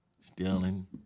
stealing